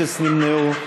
אפס נמנעו.